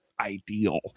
ideal